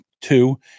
two